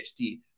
PhD